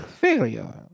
Failure